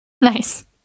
Nice